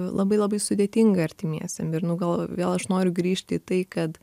labai labai sudėtinga artimiesiem ir nu gal vėl aš noriu grįžti į tai kad